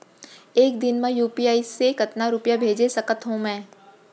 एक दिन म यू.पी.आई से कतना रुपिया भेज सकत हो मैं?